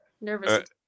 nervous